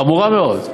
חמורה מאוד.